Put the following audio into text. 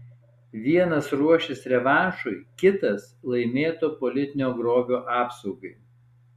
vienas ruošis revanšui kitas laimėto politinio grobio apsaugai